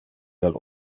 del